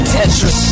Tetris